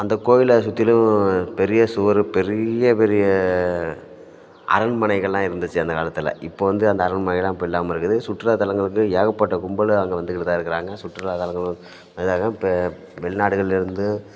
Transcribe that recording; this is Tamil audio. அந்த கோவிலை சுற்றிலும் பெரிய சுவர் பெரிய பெரிய அரண்மனைகளெல்லாம் இருந்துச்சு அந்தக் காலத்தில் இப்போது வந்து அந்த அரண்மனைகளெல்லாம் இப்போ இல்லாமல் இருக்குது சுற்றுலாத்தலங்கள் வந்து ஏகப்பட்ட கும்பல் அங்கே வந்துக்கிட்டு தான் இருக்கிறாங்க சுற்றுலாத்தலங்களும் நல்லாயிருக்கு இப்போ வெளிநாடுகளில் இருந்து